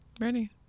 Ready